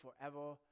forever